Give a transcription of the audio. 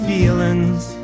feelings